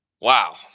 Wow